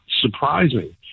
surprising